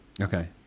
Okay